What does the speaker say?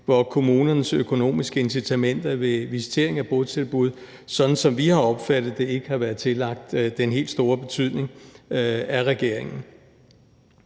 hvor kommunernes økonomiske incitamenter ved visitering af botilbud, sådan som vi har opfattet det, ikke har været tillagt den helt store betydning af regeringen.